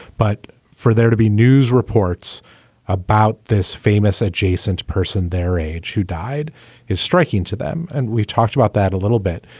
but for there to be news reports about this famous adjacent person their age who died is striking. to them, and we've talked about that a little bit,